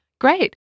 Great